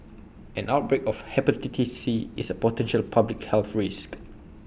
an outbreak of Hepatitis C is A potential public health risk